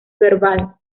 verbal